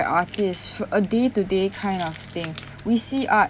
artist f~ a day to day kind of thing we see art